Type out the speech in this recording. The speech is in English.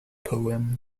poem